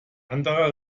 anderer